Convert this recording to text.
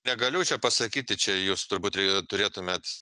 negaliu čia pasakyti čia jūs turbūt re turėtumėt